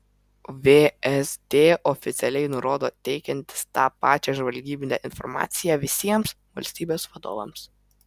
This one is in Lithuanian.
vsd oficialiai nurodo teikiantis tą pačią žvalgybinę informaciją visiems valstybės vadovams